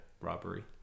robbery